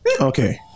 Okay